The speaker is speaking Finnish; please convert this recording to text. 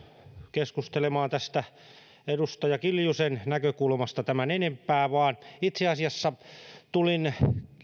keskustelemaan tästä edustaja kiljusen näkökulmasta tämän enempää vaan itseasiassa tulin